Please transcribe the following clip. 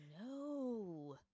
no